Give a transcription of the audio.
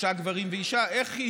שלושה גברים ואישה, איך היא